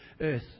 earth